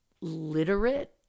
literate